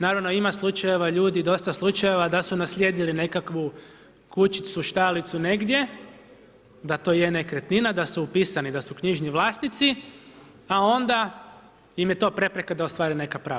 Naravno ima slučajeva ljudi, dosta slučajeva da su naslijedili nekakvu kućicu, štalicu negdje, da to je nekretnina, da su upisani, da su knjižni vlasnici a onda im je to prepreka da ostvare neka prava.